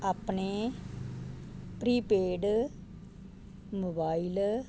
ਆਪਣੇ prepaid mobile